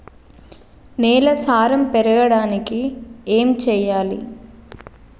నేల సారం పెరగడానికి ఏం చేయాలి?